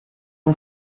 اون